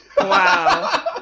Wow